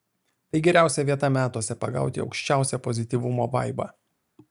tai geriausia vieta metuose pagauti aukščiausią pozityvumo vaibą